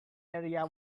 area